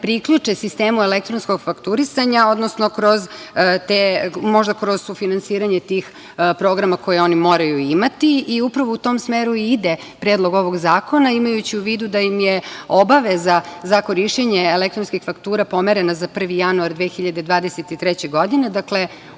sistemu elektronskog fakturisanja, odnosno možda kroz sufinansiranje tih programa koje oni moraju imati. Upravo u tom smeru i ide predlog ovog zakona, imajući u vidu da im je obaveza za korišćenje elektronskih faktura pomerena za 1. januar 2023. godine, dakle,